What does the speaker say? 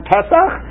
Pesach